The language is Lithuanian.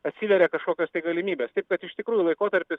atsiveria kažkokios tai galimybės kad iš tikrųjų laikotarpis